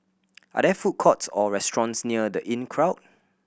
are there food courts or restaurants near The Inncrowd